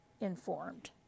informed